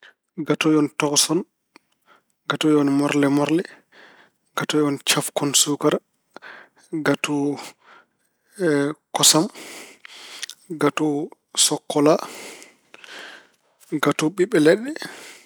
Gato y un toson, gato y un morle-morle, gato y un chafco en sukar, gatuuu, eh, cosom, gatuuu so cola, gatuuu pi pe le bi.